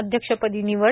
अध्यक्षपदी निवड